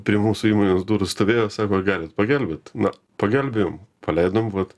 prie mūsų įmonės durų stovėjo sako ar galit pagelbėt na pagelbėjom paleidom vat